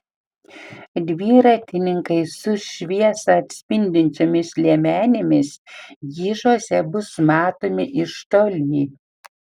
dviratininkai su šviesą atspindinčiomis liemenėmis gižuose bus matomi iš toli